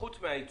חוץ מהעיצום.